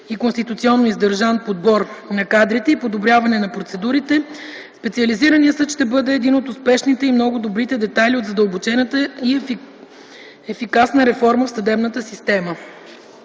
и конституционно издържан подбор на кадрите и подобряване на процедурите, специализираният съд ще бъде един от успешните и много добрите детайли от задълбочената и ефикасна реформа в съдебната система.